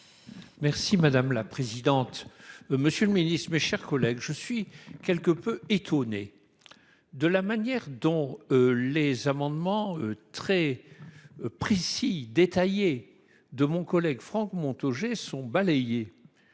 explication de vote. Monsieur le ministre, mes chers collègues, je suis quelque peu étonné de la manière dont les amendements très précis et détaillés de mon collègue Franck Montaugé sont balayés.